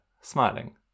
smiling